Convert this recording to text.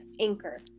anchor